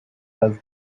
does